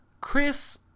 Chris